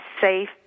safe